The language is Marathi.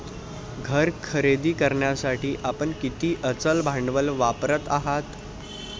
घर खरेदी करण्यासाठी आपण किती अचल भांडवल वापरत आहात?